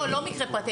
לא מקרה פרטי,